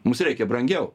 mums reikia brangiau